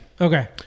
Okay